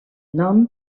nom